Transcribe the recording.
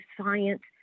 science